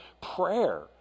prayer